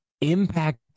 impact